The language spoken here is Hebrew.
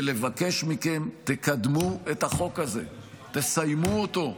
ולבקש מכם: תקדמו את החוק הזה, תסיימו אותו.